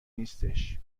نیستش